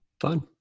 fun